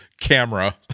camera